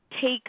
take